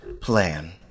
plan